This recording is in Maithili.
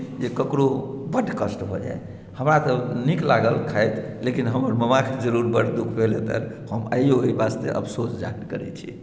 जे ककरो बड कष्ट भऽ जाय हमरा तऽ नीक लागल खाइत लेकिन हमर मामाकेँ जरूर बहुत दुःख भेल हेतनि हम आइयो एहि वास्ते अफसोस जाहिर करैत छी